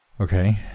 Okay